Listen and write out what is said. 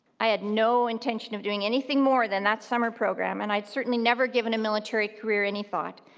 i had no intention of doing anything more than that summer program and i had certainly never given a military career any thought.